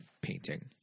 painting